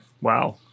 wow